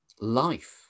life